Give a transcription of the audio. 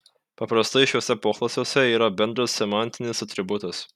paprastai šiuose poklasiuose yra bendras semantinis atributas